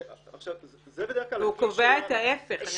זה בדרך כלל -- הוא קובע את ההיפך.